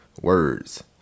words